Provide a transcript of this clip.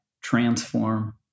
transform